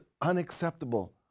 unacceptable